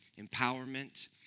empowerment